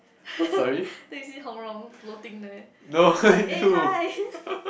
then you see Hong Rong floating there is like eh hi